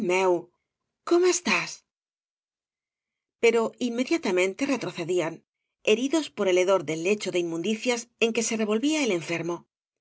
góm estás pero inmediatamente retrocedían heridos por el hedor del lecho de inmundicias en que se revolvía el enfermo